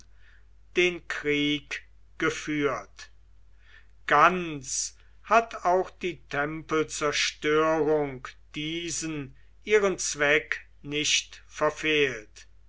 den krieg geführt ganz hat auch die tempelzerstörung diesen ihren zweck nicht verfehlt